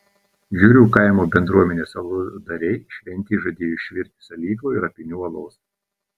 žiurių kaimo bendruomenės aludariai šventei žadėjo išvirti salyklo ir apynių alaus